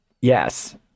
yes